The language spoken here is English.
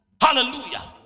Hallelujah